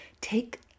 Take